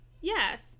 yes